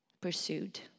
pursued